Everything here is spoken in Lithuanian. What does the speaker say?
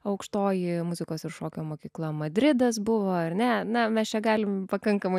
aukštoji muzikos ir šokio mokykla madridas buvo ar ne na mes čia galim pakankamai